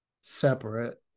separate